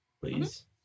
please